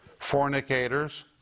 fornicators